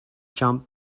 jump